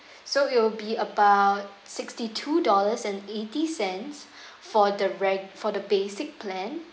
so it will be about sixty-two dollars and eighty cents for the reg~ for the basic plan